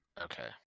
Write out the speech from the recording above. Okay